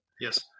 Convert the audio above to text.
yes